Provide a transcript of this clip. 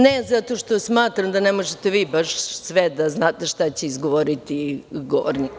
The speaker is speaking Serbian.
Ne, zato što smatram da ne možete vi baš sve da znate šta će izgovoriti govornik.